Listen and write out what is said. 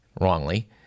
wrongly